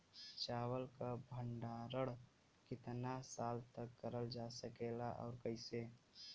चावल क भण्डारण कितना साल तक करल जा सकेला और कइसे?